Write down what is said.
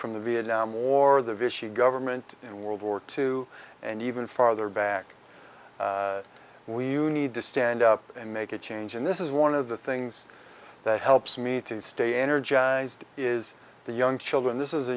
from the vietnam war the vishy government in world war two and even farther back we need to stand up and make a change and this is one of the things that helps me to stay energized is the young children this is a